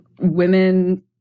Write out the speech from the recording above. women